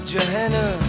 Johanna